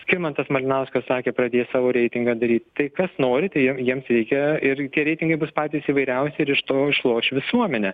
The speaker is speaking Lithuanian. skirmantas malinauskas sakė pradės savo reitingą daryti tai kas nori tai jiems reikia ir tie reitingai bus patys įvairiausi ir iš to išloš visuomenė